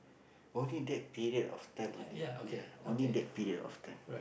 only that period of time only ya only that period of time